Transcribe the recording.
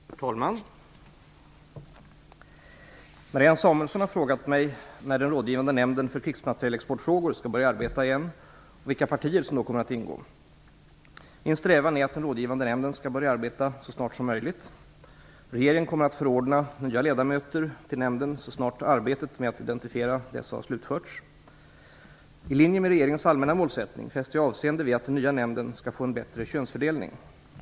Herr talman! Marianne Samuelsson har frågat mig när den rådgivande nämnden för krigsmaterielexportfrågor skall börja arbeta igen och vilka partier som då kommer att ingå. Min strävan är att den rådgivande nämnden skall börja arbeta så snart som möjligt. Regeringen kommer att förordna nya ledamöter till nämnden så snart arbetet med att identifiera dessa har slutförts. I linje med regeringens allmänna målsättning fäster jag avseende vid att den nya nämnden skall få en bättre könsfördelning.